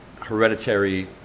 hereditary